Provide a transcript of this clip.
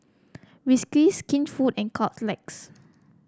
Whiskas Skinfood and Caltex